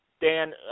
Dan